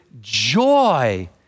joy